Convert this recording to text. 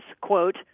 quote